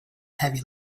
heavy